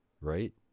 right